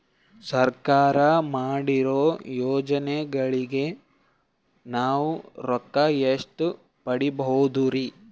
ಸರ್ಕಾರ ಮಾಡಿರೋ ಯೋಜನೆಗಳಿಗೆ ನಾವು ರೊಕ್ಕ ಎಷ್ಟು ಪಡೀಬಹುದುರಿ?